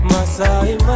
Masai